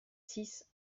six